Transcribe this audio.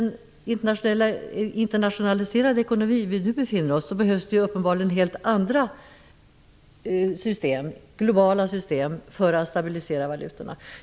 I den internationaliserade ekonomi vi nu befinner oss i behövs det uppenbarligen helt andra globala system för att stabilisera valutorna.